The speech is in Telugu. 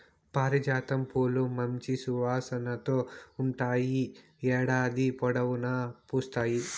పారిజాతం పూలు మంచి సువాసనతో ఉంటాయి, ఏడాది పొడవునా పూస్తాయి